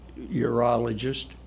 urologist